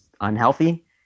unhealthy